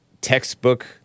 textbook